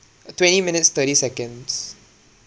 uh twenty minutes thirty seconds